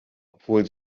obwohl